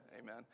Amen